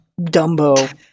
Dumbo